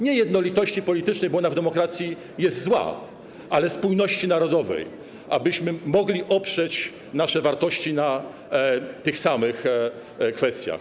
Nie jednolitości politycznej, bo ona w demokracji jest zła, ale spójności narodowej, abyśmy mogli oprzeć nasze wartości na tych samych kwestiach.